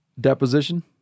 deposition